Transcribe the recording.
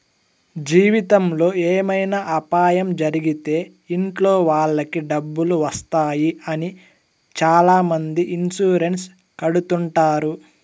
జీవితంలో ఏమైనా అపాయం జరిగితే ఇంట్లో వాళ్ళకి డబ్బులు వస్తాయి అని చాలామంది ఇన్సూరెన్స్ కడుతుంటారు